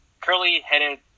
curly-headed